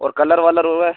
और कलर वलर हुए